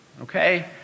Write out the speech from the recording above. okay